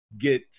get